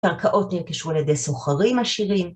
‫הקרקעות נרכשו על ידי סוחרים עשירים.